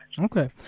Okay